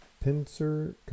Pincer